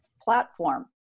platform